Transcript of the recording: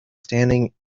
standing